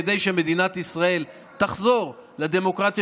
כדי שמדינת ישראל תחזור לדמוקרטיה